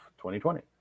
2020